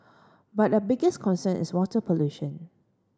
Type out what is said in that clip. but the biggest concern is water pollution